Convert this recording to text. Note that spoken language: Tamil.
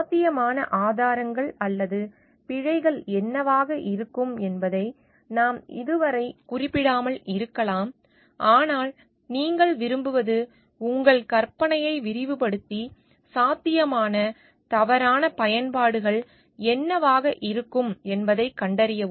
சாத்தியமான ஆதாரங்கள் அல்லது பிழைகள் என்னவாக இருக்கும் என்பதை நாம் இதுவரை குறிப்பிடாமல் இருக்கலாம் ஆனால் நீங்கள் விரும்புவது உங்கள் கற்பனையை விரிவுபடுத்தி சாத்தியமான தவறான பயன்பாடுகள் என்னவாக இருக்கும் என்பதைக் கண்டறியவும்